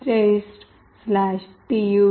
py -binary